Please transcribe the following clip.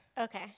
okay